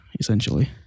essentially